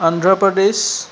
Andhra Pradesh